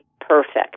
perfect